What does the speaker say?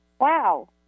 wow